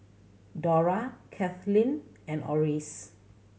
Dora Cathleen and Orris